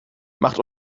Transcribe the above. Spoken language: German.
macht